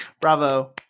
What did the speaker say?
Bravo